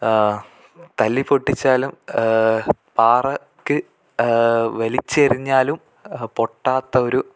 തല്ലിപ്പൊട്ടിച്ചാലും പാറക്ക് വലിച്ചെറിഞ്ഞാലും പൊട്ടാത്ത ഒരു